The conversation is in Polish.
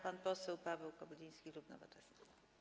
Pan poseł Paweł Kobyliński, klub Nowoczesna.